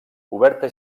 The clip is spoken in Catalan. coberta